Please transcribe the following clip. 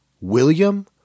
William